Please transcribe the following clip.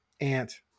Ant